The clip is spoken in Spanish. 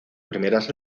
primeras